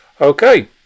Okay